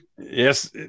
Yes